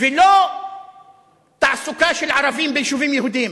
ולא תעסוקה של ערבים ביישובים יהודיים.